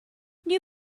new